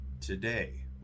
Today